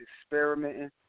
experimenting